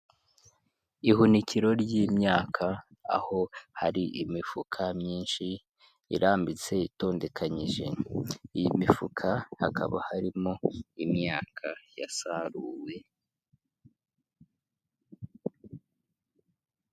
Ihunikiro ry'imyaka, aho hari imifuka myinshi irambitse, itondekanyije. Iyi mifuka hakaba harimo imyaka yasaruwe.